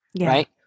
Right